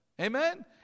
Amen